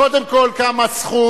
קודם כול, מה קרה?